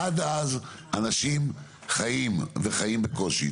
עד אז אנשים חיים וחיים בקושי.